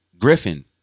Griffin